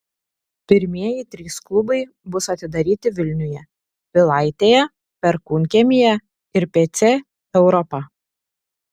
pirmieji trys klubai bus atidaryti vilniuje pilaitėje perkūnkiemyje ir pc europa